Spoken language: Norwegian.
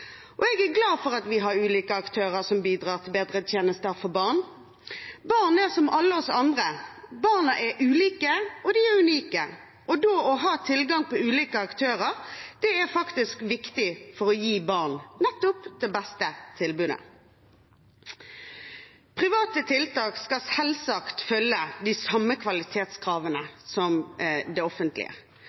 dag. Jeg er glad for at vi har ulike aktører som bidrar til bedre tjenester for barn. Barn er som alle oss andre, de er ulike, og de er unike. Det å ha tilgang på ulike aktører er faktisk viktig for å gi barn nettopp det beste tilbudet. Private tiltak skal selvsagt følge de samme kvalitetskravene som det offentlige.